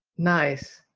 nice.